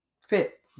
fit